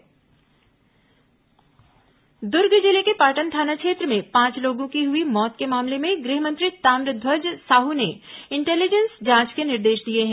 गृहमंत्री जांच निर्देश दुर्ग जिले के पाटन थाना क्षेत्र में पांच लोगों की हुई मौत के मामले में गृहमंत्री ताम्रध्वज साहू ने इंटेलीजेंस जांच के निर्देश दिए हैं